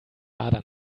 adern